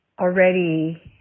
already